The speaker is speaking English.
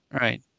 Right